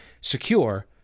secure